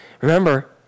remember